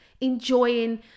enjoying